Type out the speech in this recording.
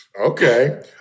okay